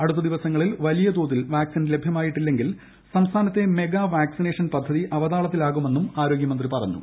ആ്ടുത്ത ദിവസങ്ങളിൽ വലിയ തോതിൽ വാക്സിൻ ലഭ്യ്മായിട്ടില്ലെങ്കിൽ സംസ്ഥാനത്തെ മെഗാ വാക്സിനേഷൻ പദ്ധതീട്ട്അ്വതാളത്തിലാകുമെന്നും ആരോഗ്യമന്ത്രി പറഞ്ഞു